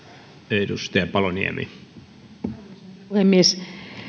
arvoisa herra puhemies